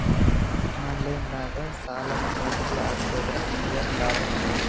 Online ನಾಗ್ ಸಾಲಕ್ ಅರ್ಜಿ ಹಾಕದ್ರ ಏನು ಲಾಭ?